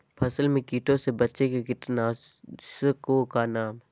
फसल में कीटों से बचे के कीटाणु नाशक ओं का नाम?